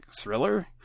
thriller